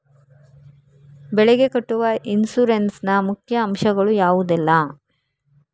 ಬೆಳೆಗೆ ಕಟ್ಟುವ ಇನ್ಸೂರೆನ್ಸ್ ನ ಮುಖ್ಯ ಅಂಶ ಗಳು ಯಾವುದೆಲ್ಲ?